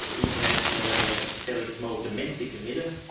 and internationally only a fairly small domestic emitter,